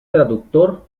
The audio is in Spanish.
traductor